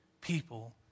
people